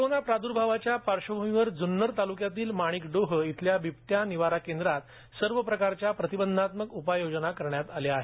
corona प्राद्भावाच्या पार्श्वभूमीवर ज्न्नर ताल्क्यातील माणिकडोह इथल्या बिबट्या निवारा केंद्रातही सर्व प्रकारच्या प्रतिबंधात्मक उपाय योजना करण्यात आल्या आहेत